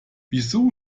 wieso